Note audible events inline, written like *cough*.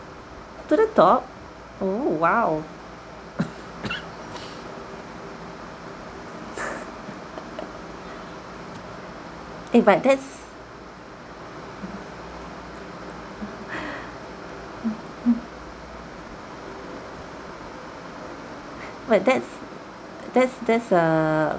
to the top oh !wow! *coughs* *breath* *laughs* eh but that's *breath* *noise* but that's that's that's err